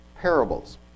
parables